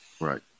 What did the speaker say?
Right